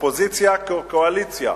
אופוזיציה כקואליציה,